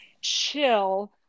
chill